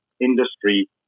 industry